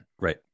Right